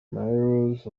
rose